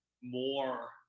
more